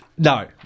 No